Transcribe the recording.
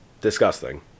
Disgusting